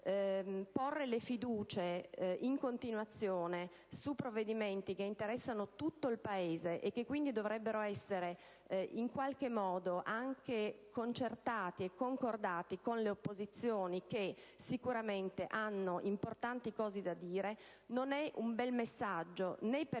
di fiducia su provvedimenti che interessano tutto il Paese, e che quindi dovrebbero essere anche concertati e concordati con le opposizioni, che sicuramente hanno importanti cose da dire, non è un bel messaggio né per